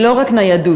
היא לא רק ניידות,